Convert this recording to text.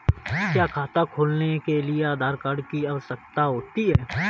क्या खाता खोलने के लिए आधार कार्ड की आवश्यकता होती है?